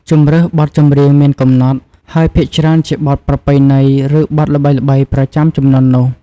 ជម្រើសបទចម្រៀងមានកំណត់ ហើយភាគច្រើនជាបទប្រពៃណី ឬបទល្បីៗប្រចាំជំនាន់នោះ។